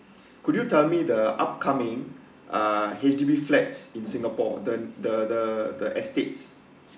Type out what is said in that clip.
could you tell me the upcoming uh H_D_B flat in singapore the the the the estates